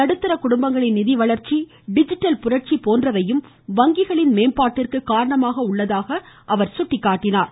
நடுத்தர குடும்பங்களின் நிதிவளர்ச்சி டிஜிட்டல் புரட்சி போன்றவையும் வங்கியின் மேம்பாட்டிற்கு காரணமாக உள்ளதாகவும் குறிப்பிட்டார்